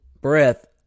breath